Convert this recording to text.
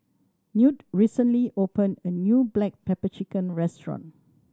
Knute recently opened a new black pepper chicken restaurant